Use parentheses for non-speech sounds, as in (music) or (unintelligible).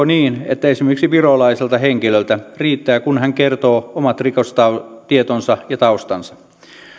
(unintelligible) niin että esimerkiksi virolaiselta henkilöltä riittää että hän kertoo omat rikostietonsa ja taustansa